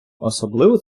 особливо